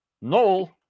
Noel